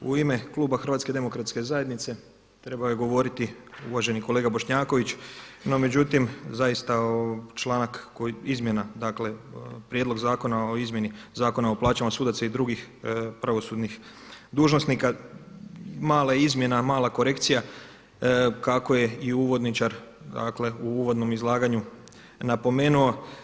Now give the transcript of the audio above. U ime Kluba Hrvatske demokratske zajednice trebao je govoriti uvaženi kolega Bošnjaković, no međutim zaista članak izmjena, dakle, prijedlog Zakona o izmjeni Zakona o plaćama sudaca i drugih pravosudnih dužnosnika, mala izmjena, mala korekcija kako je i uvodničar, dakle u uvodnom izlaganju napomenuo.